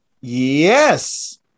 yes